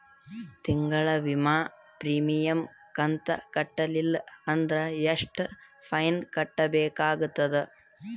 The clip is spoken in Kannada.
ತಿಂಗಳ ವಿಮಾ ಪ್ರೀಮಿಯಂ ಕಂತ ಕಟ್ಟಲಿಲ್ಲ ಅಂದ್ರ ಎಷ್ಟ ಫೈನ ಕಟ್ಟಬೇಕಾಗತದ?